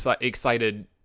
excited